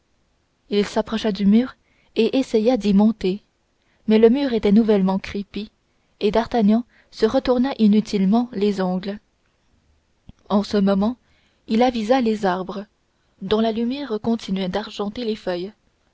il s'approcha du mur et essaya d'y monter mais le mur était nouvellement crépi et d'artagnan se retourna inutilement les ongles en ce moment il avisa les arbres dont la lumière continuait d'argenter les feuilles